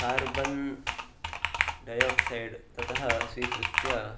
carbon dioxide ततः स्वीकृत्य